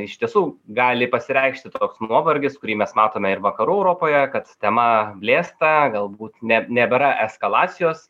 iš tiesų gali pasireikšti toks nuovargis kurį mes matome ir vakarų europoje kad tema blėsta galbūt ne nebėra eskalacijos